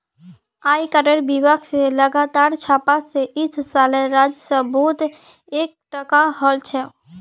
आयकरेर विभाग स लगातार छापा स इस सालेर राजस्व बहुत एकटठा हल छोक